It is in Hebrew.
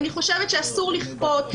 אני חושבת שאסור לכפות.